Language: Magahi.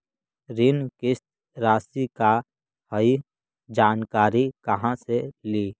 ऋण किस्त रासि का हई जानकारी कहाँ से ली?